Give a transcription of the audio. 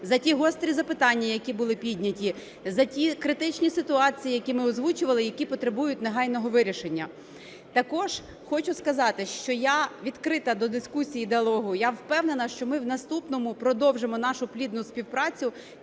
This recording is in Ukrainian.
за ті гострі запитання, які були підняті, за ті критичні ситуації, які ми озвучували і, які потребують негайного вирішення. Також хочу сказати, що я відкрита до дискусії і діалогу, я впевнена, що ми в наступному продовжимо нашу плідну співпрацю